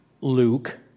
Luke